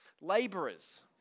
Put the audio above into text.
laborers